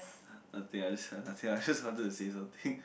nothing I just nothing I just wanted to say something